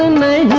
um may